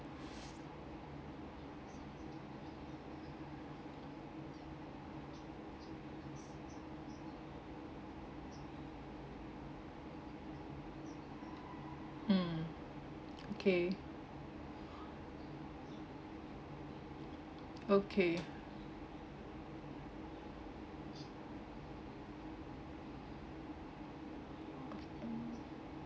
mm okay okay